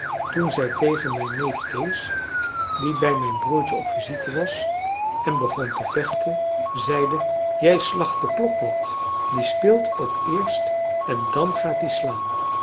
toen zij tegen mijn neef kees die bij mijn broertje op visite was en begon te vechten zeide jij slacht de klok wat die speelt ook eerst en dan gaat-ie slaan